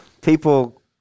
people